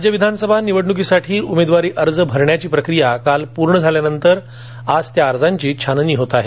राज्य विधानसभा निवडणुकीसाठी उमेदवारी अर्ज भरण्याची प्रक्रिया काल पूर्ण झाल्यानंतर आज त्या अर्जांची छाननी होत आहे